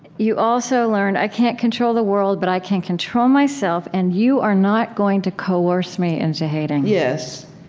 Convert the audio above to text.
you also learned, i can't control the world, but i can control myself, and you are not going to coerce me into hating yes.